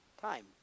time